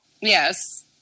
Yes